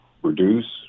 reduce